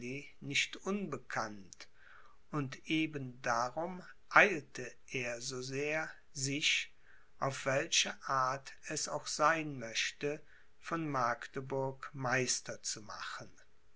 nicht unbekannt und eben darum eilte er so sehr sich auf welche art es auch sein möchte von magdeburg meister zu machen